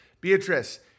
Beatrice